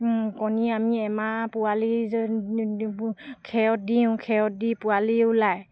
কণী আমি এমাহ পোৱালি খেৰত দিওঁ খেৰত দি পোৱালি ওলায়